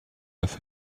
with